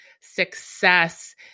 success